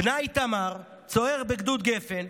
בנה איתמר, צוער בגדוד גפן,